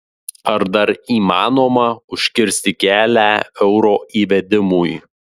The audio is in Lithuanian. ar dar įmanoma užkirsti kelią euro įvedimui